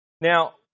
Now